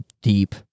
deep